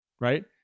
right